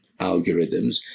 algorithms